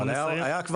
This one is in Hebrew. אבל היה כבר,